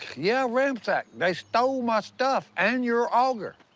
yeah, ramsacked. they stole my stuff and your auger.